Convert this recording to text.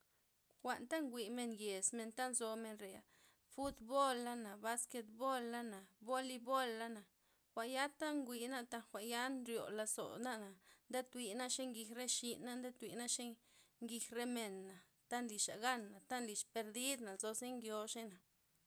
Jwa'nta nwimen yes men ta nzomen reya', futbola'na, basketbola'na, volibola'na jwa'n yata nwin na jwa'n ya nryo lozona'na nde tiuna' xe njij re xina' na nde tuyna' xe njij remen na', ta nlixa gan, ta nlix perdidna nzo zaa ngioxey'na.